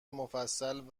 مفصل